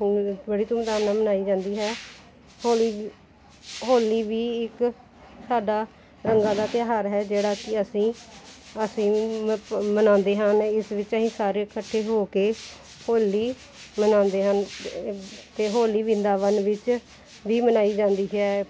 ਹ ਬੜੀ ਧੂਮਧਾਮ ਨਾਲ ਮਨਾਈ ਜਾਂਦੀ ਹੈ ਮਨਾਈ ਜਾਂਦੀ ਹੈ ਹੋਲੀ ਹੋਲੀ ਵੀ ਇੱਕ ਸਾਡਾ ਰੰਗਾਂ ਦਾ ਤਿਉਹਾਰ ਹੈ ਜਿਹੜਾ ਕਿ ਅਸੀਂ ਅਸੀਂ ਮ ਪ ਮਨਾਉਂਦੇ ਹਾਂ ਇਸ ਵਿੱਚ ਅਸੀਂ ਸਾਰੇ ਇਕੱਠੇ ਹੋ ਕੇ ਹੋਲੀ ਮਨਾਉਂਦੇ ਹਨ ਏ ਅਤੇ ਹੋਲੀ ਵਿਰੰਦਾਵਨ ਵਿੱਚ ਵੀ ਮਨਾਈ ਜਾਂਦੀ ਹੈ